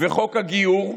וחוק הגיור,